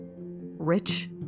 rich